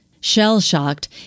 Shell-shocked